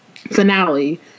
finale